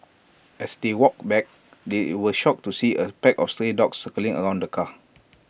as they walked back they were shocked to see A pack of stray dogs circling around the car